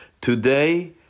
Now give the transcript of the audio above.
Today